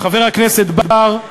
חבר הכנסת בר,